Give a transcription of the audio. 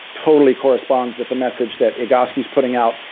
totally corresponds with the message that egoscue's putting out,